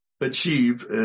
achieve